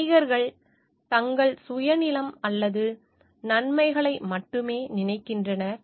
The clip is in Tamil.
வணிகர்கள் தங்கள் சுயநலம் அல்லது நன்மைகளை மட்டுமே நினைக்கிறார்கள்